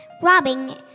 robbing